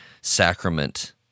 sacrament